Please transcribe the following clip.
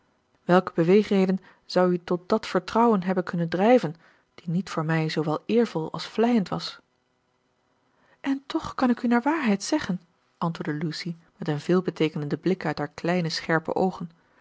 welke beweegreden zou u tot dat vertrouwen hebben kunnen drijven die niet voor mij zoowel eervol als vleiend was en toch kan ik u naar waarheid zeggen antwoordde lucy met een veelbeteekenenden blik uit haar kleine scherpe oogen